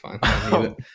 fine